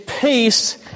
peace